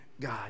God